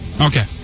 Okay